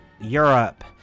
Europe